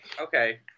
okay